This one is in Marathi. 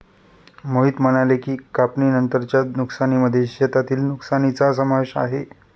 मोहित म्हणाले की, कापणीनंतरच्या नुकसानीमध्ये शेतातील नुकसानीचा समावेश आहे